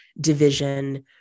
division